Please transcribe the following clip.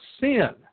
sin